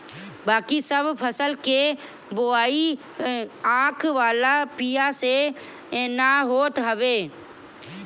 बाकी सब फसल के बोआई आँख वाला बिया से ना होत हवे